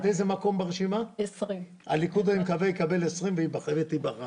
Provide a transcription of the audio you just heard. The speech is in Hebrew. אני מקווה שהליכוד יקבל 20 ושתיבחרי.